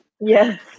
Yes